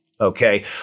okay